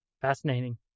Fascinating